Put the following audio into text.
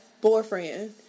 boyfriend